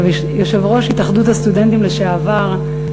יושב-ראש התאחדות הסטודנטים לשעבר,